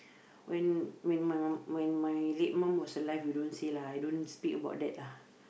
when when my~ when my late mom was alive we don't say lah I don't speak about that lah